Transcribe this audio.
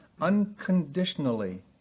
unconditionally